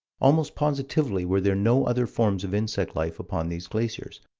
almost positively were there no other forms of insect-life upon these glaciers,